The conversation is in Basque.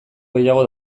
gehiago